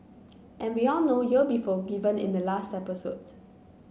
and we all know you'll be forgiven in the last episode